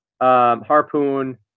Harpoon